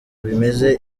bimeze